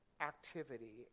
activity